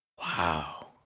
wow